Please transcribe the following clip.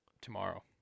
tomorrow